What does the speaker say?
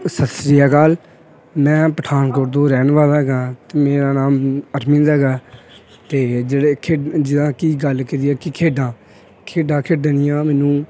ਸ਼੍ਰੀ ਮੈਂ ਪਠਾਨਕੋਟ ਤੋਂ ਰਹਿਣ ਵਾਲਾ ਹੈਗਾਂ ਅਤੇ ਮੇਰਾ ਨਾਮ ਅਠਮੀਜ਼ ਹੈਗਾ ਅਤੇ ਜਿਹੜੇ ਖੇਡ ਜਿੱਦਾਂ ਕਿ ਗੱਲ ਕਰੀਏ ਕਿ ਖੇਡਾਂ ਖੇਡਾਂ ਖੇਡਣੀਆਂ ਮੈਨੂੰ